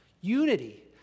Unity